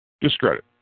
Discredit